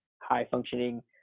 high-functioning